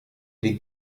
die